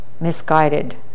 misguided